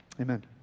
Amen